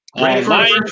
right